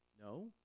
No